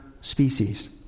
species